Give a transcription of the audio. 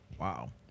wow